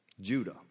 Judah